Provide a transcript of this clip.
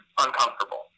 uncomfortable